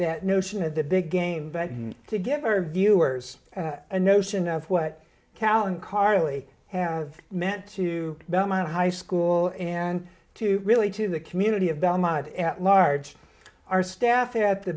that notion of the big game but to give our viewers a notion of what cal and carly have meant to belmont high school and to really to the community of belmont at large our staff here at the